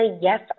yes